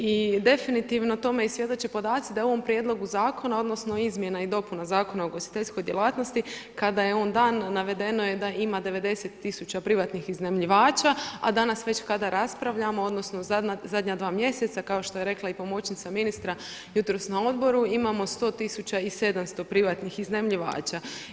I definitivno tome i svjedoče podaci da je u ovom prijedlogu zakona odnosno izmjena i dopuna Zakona o ugostiteljskoj djelatnosti kada je on dan, navedeno je da ima 90 000 privatnih iznajmljivača a danas već kada raspravljamo odnosno zadnja dva mjeseca, kao što je rekla i pomoćnica ministra jutros na odboru, imamo 100 700 privatnih iznajmljivača.